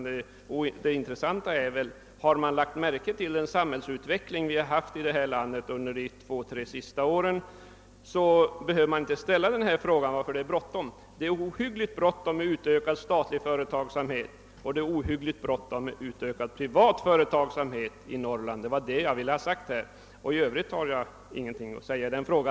Det intressanta är väl om man har lagt märke till den samhällsutveckling som förekommit i vårt land under de senaste två å tre åren. Om man gjort det behöver man inte ställa frågan varför det är så bråttom. Det är ohyggligt bråttom med en ökad statlig och även privat företagsamhet i Norrland. Det var detta jag ville ha sagt. I övrigt har jag ingenting att säga i det avseendet.